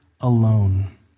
alone